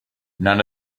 none